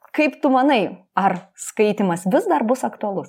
kaip tu manai ar skaitymas vis dar bus aktualus